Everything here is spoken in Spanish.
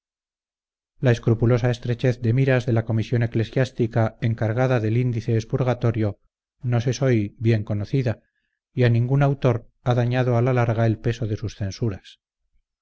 la escrupulosa estrechez de miras de la comisión eclesiástica encargada del índice expurgatorio nos es hoy bien conocida y a ningún autor ha dañado a la larga el peso de sus censuras